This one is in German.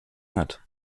hat